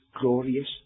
glorious